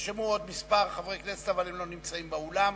נרשמו עוד כמה חברי כנסת, אבל הם לא נמצאים באולם.